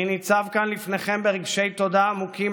אני ניצב כאן לפניכם ברגשי תודה עמוקים,